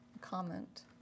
Comment